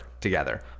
together